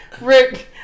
Rick